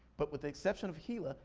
but with the exception of hela,